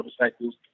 motorcycles